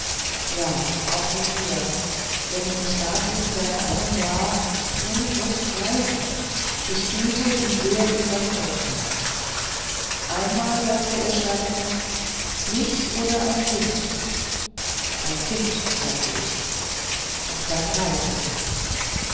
ja auch mit mir denn ich bat ihn seit einem jahr du mußt reisen ich fühlte wie sehr ihm das not tat einmal sagte er scherzend mich oder ein kind ein kind sagte ich und dann reiste er